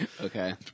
Okay